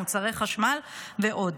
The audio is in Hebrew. מוצרי החשמל ועוד.